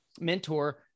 mentor